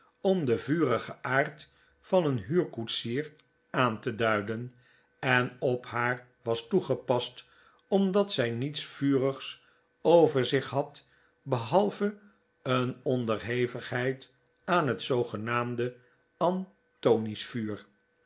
om den vurigen aard van een huurkoetsier aan te duiden en op haar was toegepast omdat zij niets vurigs over zich had behalve een onderhevigheid aan het zoogenaamde